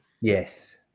Yes